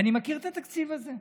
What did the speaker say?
אני מכיר את התקציב הזה.